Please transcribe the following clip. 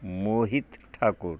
Mohit Thakur